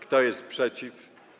Kto jest przeciw?